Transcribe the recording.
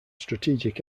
strategic